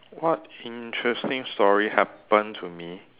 what interesting stories happen to me